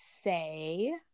say